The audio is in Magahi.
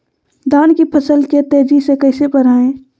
धान की फसल के तेजी से कैसे बढ़ाएं?